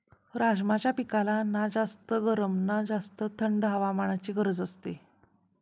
राजमाच्या पिकाला ना जास्त गरम ना जास्त थंड हवामानाची गरज असते